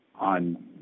on